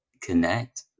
connect